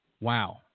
Wow